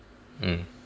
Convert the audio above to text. mm